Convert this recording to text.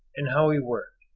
and how he worked.